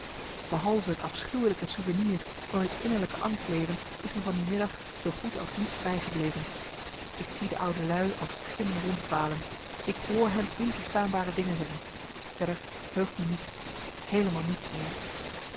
behalve het afschuwelijke souvenir van dit innerlijke angstleven is me van die middag zoo goed als niets bijgebleven ik zie de oude lui als schimmen rondwalen ik hoor hen onverstaanbare dingen zeggen verder heugt me niets heelemaal niets meer